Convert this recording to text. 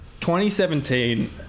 2017